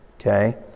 okay